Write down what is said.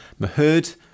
Mahood